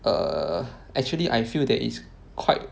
err actually I feel that is quite